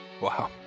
Wow